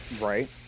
Right